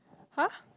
!huh!